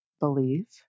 Believe